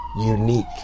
unique